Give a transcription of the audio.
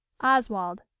oswald